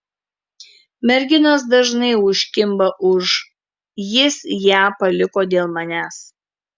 merginos dažnai užkimba už jis ją paliko dėl manęs